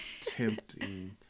tempting